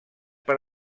per